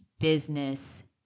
business